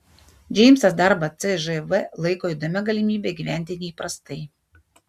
džeimsas darbą cžv laiko įdomia galimybe gyventi neįprastai